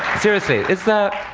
seriously, is